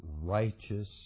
righteous